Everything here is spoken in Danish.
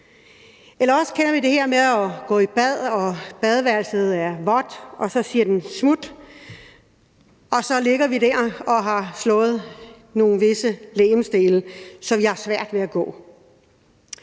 Eller også kender vi det her med at gå i bad, og badeværelset er vådt, og så siger den smut, og så ligger vi der og har slået visse legemsdele, så vi har svært ved at gå.